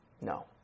No